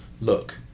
look